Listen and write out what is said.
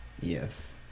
Yes